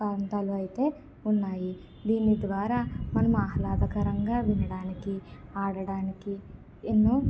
ప్రాంతాలు అయితే ఉన్నాయి దీని ద్వారా మనం ఆహ్లాదకరంగా వినడానికి ఆడటానికి ఎన్నో